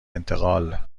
انتقال